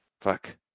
Fuck